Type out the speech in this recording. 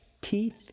Teeth